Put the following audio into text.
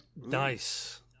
nice